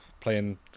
playing